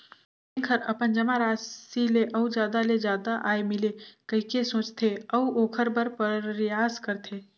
bank हर अपन जमा राशि ले अउ जादा ले जादा आय मिले कहिके सोचथे, अऊ ओखर बर परयास करथे